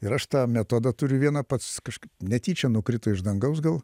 ir aš tą metodą turiu vieną pats kažkaip netyčia nukrito iš dangaus gal